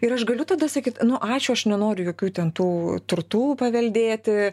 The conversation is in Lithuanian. ir aš galiu tada sakyt nu ačiū aš nenoriu jokių ten tų turtų paveldėti